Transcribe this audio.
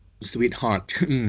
sweetheart